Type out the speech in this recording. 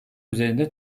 üzerinde